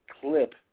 clip